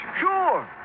Sure